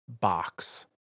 box